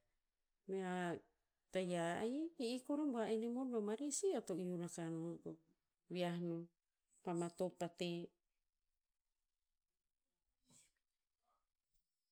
Mea tayiah, ahik, e i kor a bua enimor bomarih sih eo to iu raka no, to viah non. Pa matop pa te.